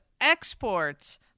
exports